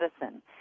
medicine